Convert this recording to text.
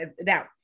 now